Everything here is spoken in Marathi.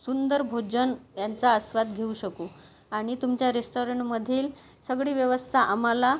सुंदर भोजन यांचा आस्वाद घेऊ शकू आणि तुमच्या रेस्टाॅरंटमधील सगळी व्यवस्था आम्हाला